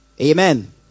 amen